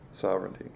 sovereignty